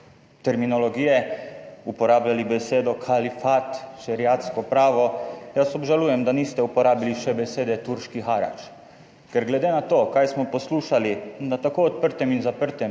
terminologije, uporabljali besedo kalifat, šeriatsko pravo. Jaz obžalujem, da niste uporabili še besede turški harač, ker glede na to kaj smo poslušali na tako odprtem in zaprtem